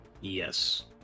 Yes